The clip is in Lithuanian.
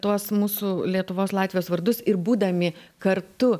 tuos mūsų lietuvos latvijos vardus ir būdami kartu